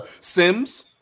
Sims